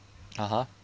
(uh huh)